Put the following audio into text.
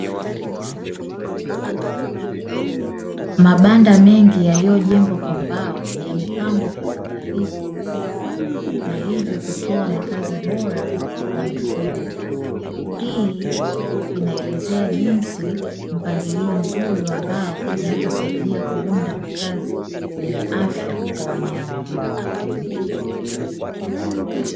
Mabanda mengi yaliyojengwa kwa mbao yamepangwa kwa uangalifu, na hivyo kutoa makazi bora kwa mifugo, hii inaelezea jinsi mpangilo mzuri wa wa mbao, unavyosaidia kuunda makazi yenye afya kwa wanyama.